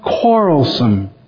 quarrelsome